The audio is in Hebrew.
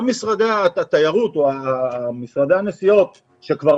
גם משרדי התיירות או משרדי הנסיעות שכבר